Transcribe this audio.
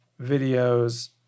videos